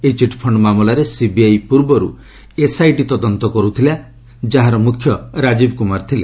ଏହି ଚିଟ୍ଫଶ୍ଚ ମାମଲାରେ ସିବିଆଇ ପୂର୍ବରୁ ଏସ୍ଆଇଟି ତଦନ୍ତ କରୁଥିଲା ତଦନ୍ତ କରୁଥିଲା ଯାହାର ମୁଖ୍ୟ ରାଜୀବ୍ କୁମାର ଥିଲେ